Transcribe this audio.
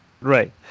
Right